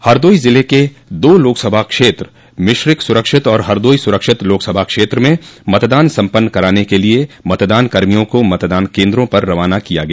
हरदोई जिले के दो लोकसभा क्षेत्र मिश्रिख सुरक्षित और हरदोई सुरक्षित लोकसभा क्षेत्र में मतदान संपन्न कराने के लिए मतदानकर्मियों को मतदान केंद्रों पर रवाना किया गया